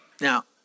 Now